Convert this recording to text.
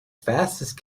fastest